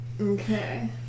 Okay